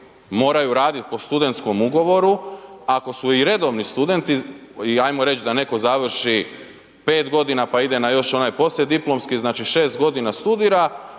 moraju radit po studentskom ugovoru, ako su i redovni studenti i ajmo reć da netko završi 5 g. pa ide na još onaj poslijediplomski, znači 6 g. studira,